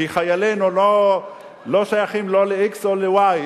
כי חיילינו לא שייכים לא ל-x ולא ל-y.